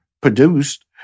produced